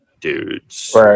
dudes